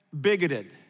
bigoted